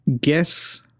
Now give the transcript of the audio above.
Guess